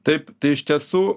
taip tai iš tiesų